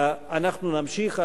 אנחנו נמשיך.